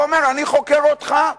ואומר: אני חוקר אותך.